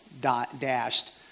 dashed